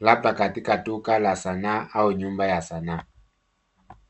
labda katika duka la sanaa au nyumba ya sanaa.